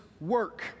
work